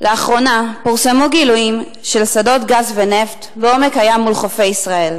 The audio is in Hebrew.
לאחרונה פורסמו גילויים של שדות גז ונפט בעומק הים מול חופי ישראל.